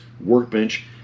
workbench